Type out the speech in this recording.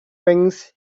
things